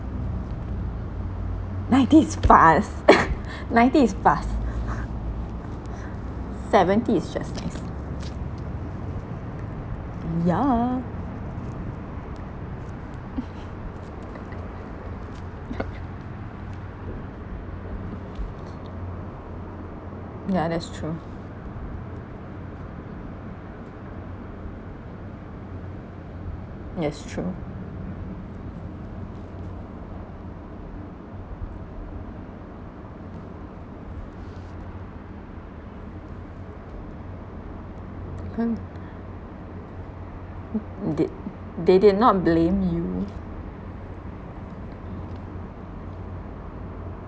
ninety is fast ninety is fast seventy is just nice ye~ yeah yeah that's true yes true did they did not blame you